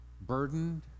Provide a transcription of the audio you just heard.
burdened